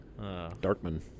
Darkman